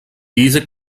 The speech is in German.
diese